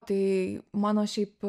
tai mano šiaip